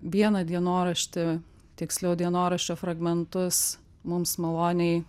vieną dienoraštį tiksliau dienoraščio fragmentus mums maloniai